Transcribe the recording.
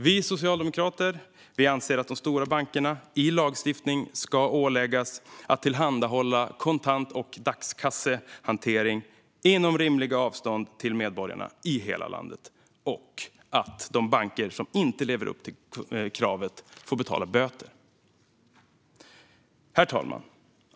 Vi socialdemokrater anser att de stora bankerna genom lagstiftning ska åläggas att tillhandahålla kontant och dagskassehantering inom rimliga avstånd för medborgarna i hela landet. Vi anser också att de banker som inte lever upp till kravet ska betala böter. Herr talman!